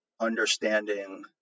understanding